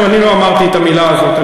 אני לא אמרתי את המילה הזאת.